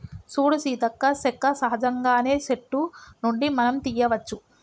సూడు సీతక్క సెక్క సహజంగానే సెట్టు నుండి మనం తీయ్యవచ్చు